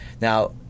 Now